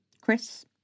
Chris